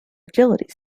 agility